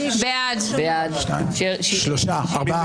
מי